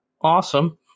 awesome